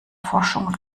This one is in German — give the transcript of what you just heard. forschung